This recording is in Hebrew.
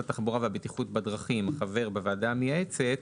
התחבורה והבטיחות בדרכים חבר בוועדה המייעצת,